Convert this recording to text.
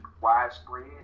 widespread